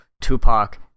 Tupac